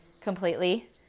completely